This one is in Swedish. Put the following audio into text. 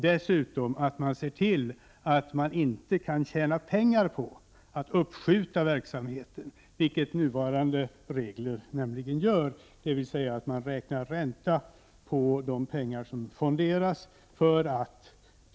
Dessutom bör den se till att man inte tjänar pengar på att skjuta upp verksamheten, vilket nuvarande regler tillåter, och räknar ränta på de pengar som fonderas.